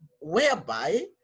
whereby